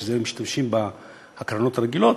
שבהן משתמשים בהקרנות הרגילות,